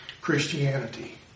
Christianity